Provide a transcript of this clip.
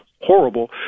horrible